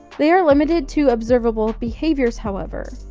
they are limited to observable behaviors, however.